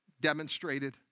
demonstrated